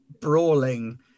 brawling